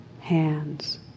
hands